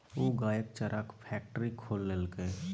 ओ गायक चाराक फैकटरी खोललकै